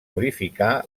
modificar